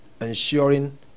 ensuring